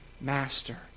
master